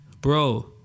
bro